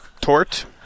Tort